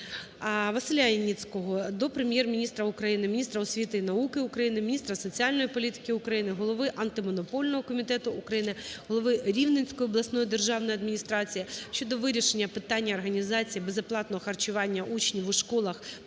ВасиляЯніцького до Прем'єр-міністра України, міністра освіти і науки України, міністра соціальної політики України, Голови Антимонопольного комітету України, голови Рівненської обласної державної адміністрації щодо вирішення питання організації безоплатного харчування учнів у школах